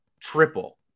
triple